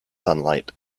sunlight